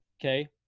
Okay